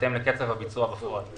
בהתאם לקצב הביצוע בפועל.